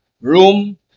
room